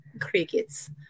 Crickets